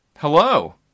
Hello